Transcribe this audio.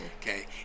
okay